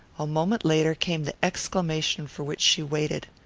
a moment later came the exclamation for which she waited.